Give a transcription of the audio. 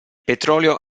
petrolio